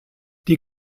die